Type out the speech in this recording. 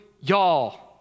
y'all